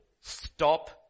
stop